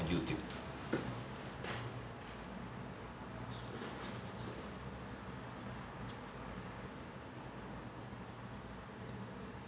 and youtube